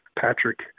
Patrick